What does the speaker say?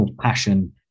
passion